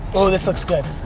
ooh, this looks good.